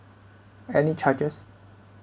any charges